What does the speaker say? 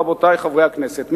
רבותי חברי הכנסת,